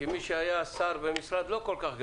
כמי שהיה שר במשרד לא כל כך גדול,